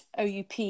OUP